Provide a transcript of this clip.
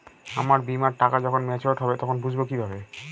আমার বীমার টাকা যখন মেচিওড হবে তখন বুঝবো কিভাবে?